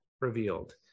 revealed